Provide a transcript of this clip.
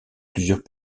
plusieurs